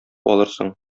алырсың